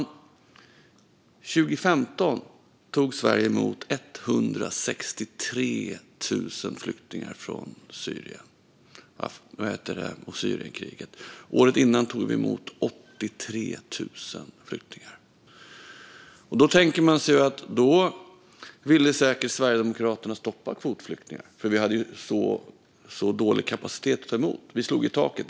År 2015 tog Sverige emot 163 000 flyktingar från Syrienkriget. Året innan tog vi emot 83 000 flyktingar. Man tänker sig att Sverigedemokraterna då säkert ville stoppa kvotflyktingar. Vi hade så dålig kapacitet att ta emot, och vi slog i taket.